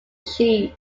cheese